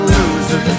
Loser